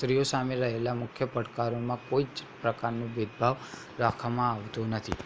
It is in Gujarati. સ્ત્રીઓ સામે રહેલા મુખ્ય પડકારોમાં કોઇ જ પ્રકારનો ભેદભાવ રાખવામાં આવતો નથી